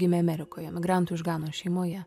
gimė amerikoje migrantų iš ganos šeimoje